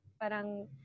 parang